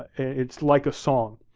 it's like a song.